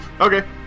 Okay